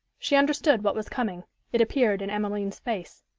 she understood what was coming it appeared in emmeline's face.